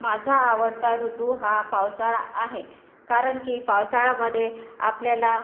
माझा आवडता ऋतू हा पावसाळा आहे कारण की पावसाळामध्ये आपल्याला